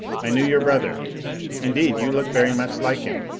i knew your brother indeed, you look very much like him.